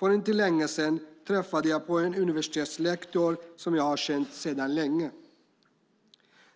För inte så länge sedan träffade jag en universitetslektor som jag har känt i många år.